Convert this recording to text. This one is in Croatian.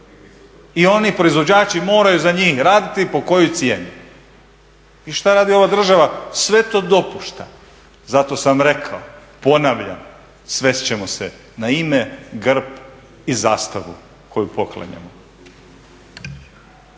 I oni proizvođači moraju za njih raditi, po kojoj cijeni? I što radi država? Sve to dopušta. Zato sam rekao, ponavljam, svest ćemo se na ime, grb i zastavu koju poklanjamo.